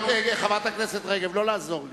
חברת הכנסת רגב, לא לעזור לי.